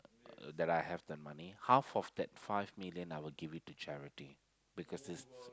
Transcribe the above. that I have the money half of that five million I will give it to charity because it's